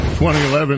2011